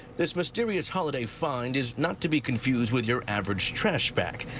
this mysterious holiday find is not to be confused with your average trash bag.